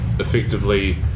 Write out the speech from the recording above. effectively